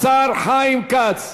השר חיים כץ,